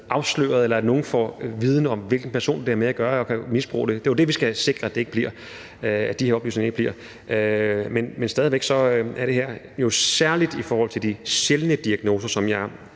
afsløret, eller uden at nogen får viden om, hvilken person det handler om, så det kan misbruges. Det er jo det, som vi skal sikre at det ikke bliver, altså at de her oplysninger ikke bliver misbrugt. Men stadig væk er det her jo særlig i forhold til de sjældne diagnoser, som jeg